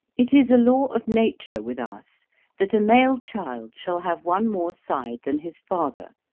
it is a law of nature with us that a male child shall have one more side than his father,